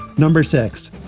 number six,